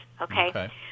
okay